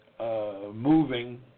moving